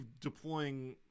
deploying